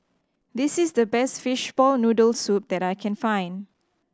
this is the best fishball noodle soup that I can find